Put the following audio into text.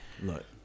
look